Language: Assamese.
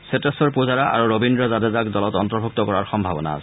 শ্বেতেশ্বৰ পুজাৰা আৰু ৰবীন্দ্ৰ জাডেজাক দলত অন্তৰ্ভুক্ত কৰাৰ সম্ভাৱনা আছে